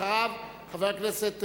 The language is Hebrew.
אחריו חבר הכנסת חנין,